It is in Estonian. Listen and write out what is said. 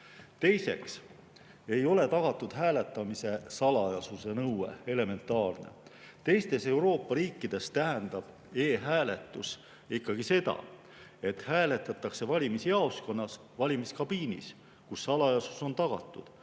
Teiseks ei ole tagatud elementaarne hääletamise salajasuse nõue. Teistes Euroopa riikides tähendab e‑hääletus ikkagi seda, et hääletatakse valimisjaoskonnas valimiskabiinis, kus on salajasus tagatud.